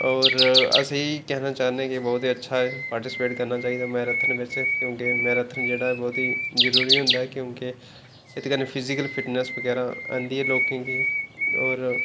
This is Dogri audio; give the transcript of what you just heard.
होर अस इ'यै कहना चाह्ने के बहुत ही अच्छा ऐ पार्टीसपैट करना चाहिदा मैरेथन बिच्च क्योंकि मैरेथन जेह्ड़ा बहुत ही जरूरी होंदा ऐ क्योंके एह्दे कन्नै फिजीकल फिटनैस बगैरा आंह्दी ऐ लोकें गी होर